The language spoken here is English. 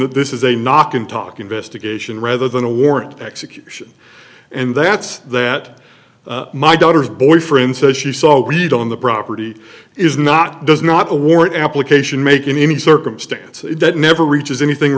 that this is a knock and talk investigation rather than a warrant execution and that's that my daughter's boyfriend says she saw weed on the property is not does not a warrant application make in any circumstance that never reaches anything